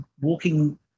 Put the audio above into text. walking